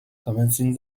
commencing